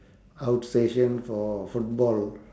outstation for football